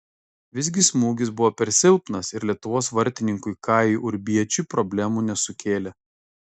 visgi smūgis buvo per silpnas ir lietuvos vartininkui kajui urbiečiui problemų nesukėlė